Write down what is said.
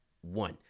one